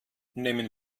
nehmen